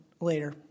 later